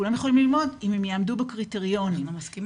כולם יכולים ללמוד אם הם יעמדו בקריטריונים -- אני מסכימה.